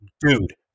dude